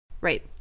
Right